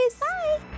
Bye